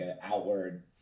outward